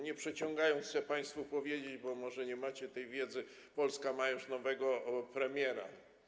Nie przeciągając, chcę państwu powiedzieć, bo może nie macie tej wiedzy, że Polska ma już nowego premiera.